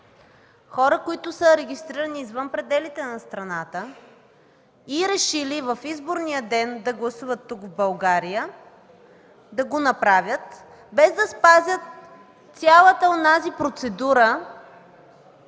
хора, които са регистрирани извън пределите на страната и решили в изборния ден да гласуват тук в България, да го направят без да спазят цялата онази процедура,